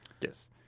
Yes